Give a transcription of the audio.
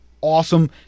awesome